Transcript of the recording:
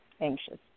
Anxious